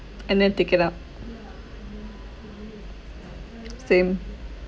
and then take it up same